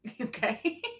Okay